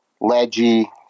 ledgy